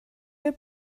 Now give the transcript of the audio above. wer